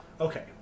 Okay